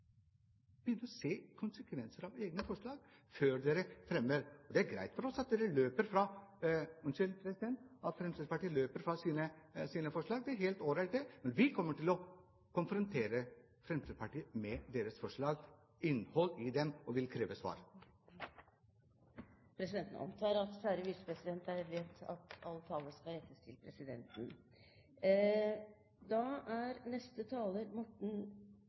se konsekvensene av egne forslag før dere fremmer dem. Det er greit for oss at dere – unnskyld, president, Fremskrittspartiet – løper fra sine forslag. Det er helt all right, men vi kommer til å konfrontere Fremskrittspartiet med deres forslag, innholdet i dem, og vil kreve svar. Presidenten antar at visepresidenten vet at all tale skal rettes til presidenten.